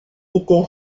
était